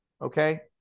okay